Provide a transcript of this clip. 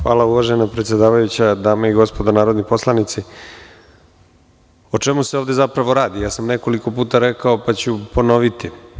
Hvala uvažena predsedavajuća, dame i gospodo narodni poslanici, o čemu se ovde zapravo radi, nekoliko puta sam rekao, pa ću ponoviti.